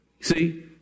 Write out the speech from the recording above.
See